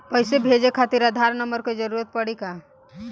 पैसे भेजे खातिर आधार नंबर के जरूरत पड़ी का?